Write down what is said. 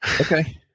okay